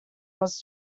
was